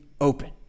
open